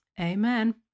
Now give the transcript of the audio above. Amen